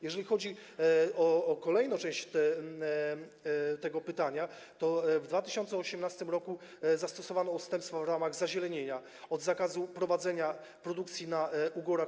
Jeżeli chodzi o kolejną część tego pytania, to w 2018 r. zastosowano odstępstwo w ramach zazielenienia od zakazu prowadzenia produkcji na ugorach.